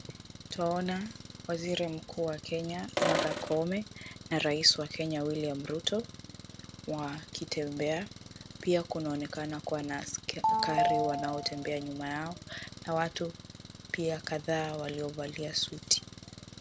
Twaona waziri mkuu wa Kenya, Martha Koome na rais wa Kenya William Ruto wakitembea, pia kunaonekana kuwa na askari wanaotembea nyuma yao na watu pia kadhaa waliovalia suti.